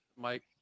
Mike